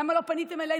למה לא פניתם אלינו?